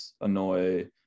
annoy